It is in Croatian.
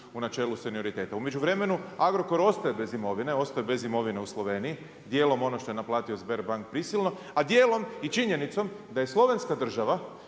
u načeli senioriteta. U međuvremenu Agrokor ostaje bez imovine, ostaje bez imovine u Sloveniji, dijelom ono što je naplatio Sberbank prisilno, a dijelom i činjenicom da je slovenska država